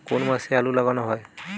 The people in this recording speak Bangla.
কোন মাসে আলু লাগানো হয়?